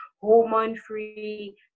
Hormone-free